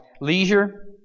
leisure